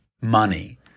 money